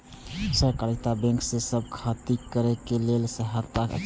सहकारिता बैंक से कि सब खेती करे के लेल सहायता अछि?